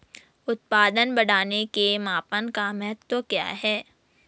उत्पादन बढ़ाने के मापन का महत्व क्या है?